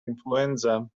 influenza